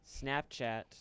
Snapchat